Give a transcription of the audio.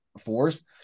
force